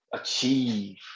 achieve